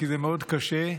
כי זה מאוד קשה.